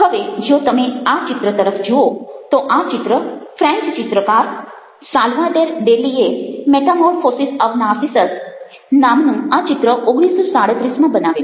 હવે જો તમે આ ચિત્ર તરફ જુઓ તો આ ચિત્ર ફ્રેન્ચ ચિત્રકાર સાલ્વાડેર ડેલી એ મેટામોર્ફોસિસ ઑવ નાર્સિસસ નામનું આ ચિત્ર 1937માં બનાવેલું